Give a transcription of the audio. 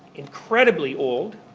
incredibly old,